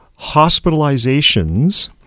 hospitalizations